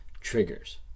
triggers